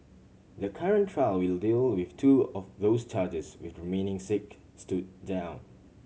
the current trial will deal with two of those charges with remaining six stood down